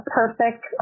perfect